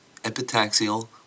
epitaxial